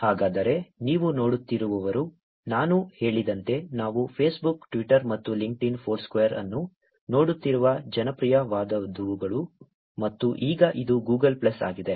ಹಾಗಾದರೆ ನೀವು ನೋಡುತ್ತಿರುವವರು ನಾನು ಹೇಳಿದಂತೆ ನಾವು ಫೇಸ್ಬುಕ್ ಟ್ವಿಟರ್ ಮತ್ತು ಲಿಂಕ್ಡ್ಇನ್ ಫೋರ್ಸ್ಕ್ವೇರ್ ಅನ್ನು ನೋಡುತ್ತಿರುವ ಜನಪ್ರಿಯವಾದವುಗಳು ಮತ್ತು ಈಗ ಇದು ಗೂಗಲ್ ಪ್ಲಸ್ ಆಗಿದೆ